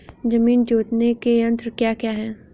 जमीन जोतने के यंत्र क्या क्या हैं?